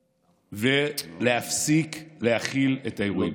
להפסיק להכיל את האירועים.